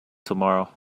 tomorrow